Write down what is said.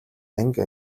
анги